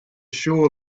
sure